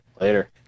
Later